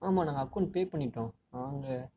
ஆமாம் நாங்கள் account pay பண்ணிட்டோம் ஆன்லைன்